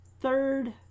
third